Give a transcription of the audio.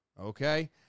okay